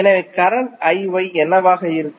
எனவே கரண்ட் என்னவாக இருக்கும்